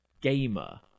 gamer